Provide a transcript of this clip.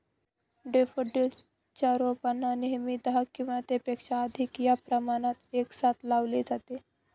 daffodils च्या रोपांना नेहमी दहा किंवा त्यापेक्षा अधिक या प्रमाणात एकसाथ लावले जाते